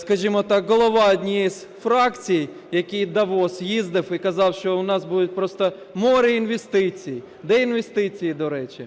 скажімо так, голова однієї з фракцій, який в Давос їздив і казав, що у нас будуть просто море інвестицій. Де інвестиції, до речі?